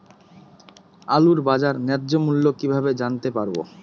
আলুর বাজার ন্যায্য মূল্য কিভাবে জানতে পারবো?